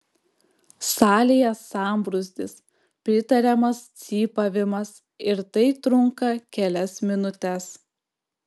salėje sambrūzdis pritariamas cypavimas ir tai trunka kelias minutes